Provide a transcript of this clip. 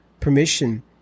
permission